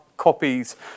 Copies